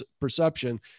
perception